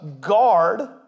guard